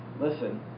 listen